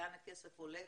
לאן הכסף הולך,